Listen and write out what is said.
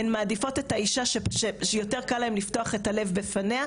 הן מעדיפות את האישה שיותר קל להן לפתוח את הלב בפניה,